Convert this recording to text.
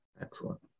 Excellent